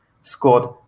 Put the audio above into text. scored